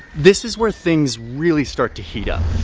this is where things really start to heat up.